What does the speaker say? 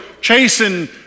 chasing